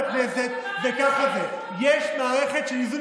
כי הרסתם את מערכת החוק.